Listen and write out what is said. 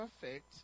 perfect